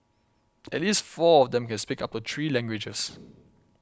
at least four of them can speak up to three languages